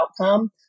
outcome